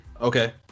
Okay